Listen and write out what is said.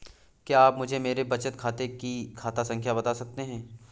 क्या आप मुझे मेरे बचत खाते की खाता संख्या बता सकते हैं?